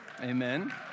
Amen